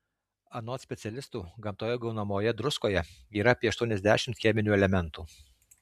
anot specialistų gamtoje gaunamoje druskoje yra apie aštuoniasdešimt cheminių elementų